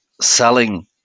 selling